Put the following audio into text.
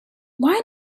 why